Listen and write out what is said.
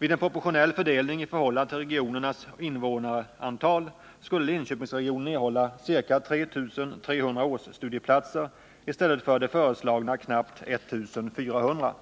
Vid en proportionell fördelning i förhållande till regionernas invånarantal skulle Linköpingsregionen erhålla ca 3 300 årsstudieplatser i stället för de föreslagna knappt 1400.